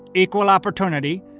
equal opportunity,